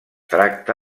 tracta